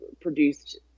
produced